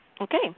Okay